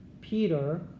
Peter